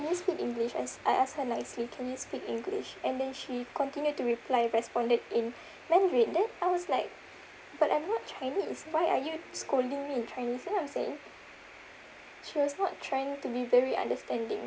~n you speak english ask I ask her nicely can you speak english and then she continued to reply responded in mandarin then I was like but I'm not chinese why are you scolding me in chinese then I was saying she was not trying to be very understanding